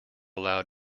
loud